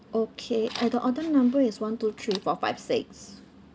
okay and the order number is one two three four five six